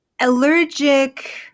allergic